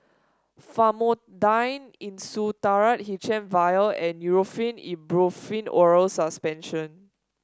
Famotidine Insulatard H M vial and Nurofen Ibuprofen Oral Suspension